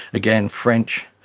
again french,